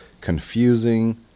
confusing